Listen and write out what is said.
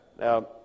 Now